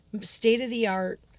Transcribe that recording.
state-of-the-art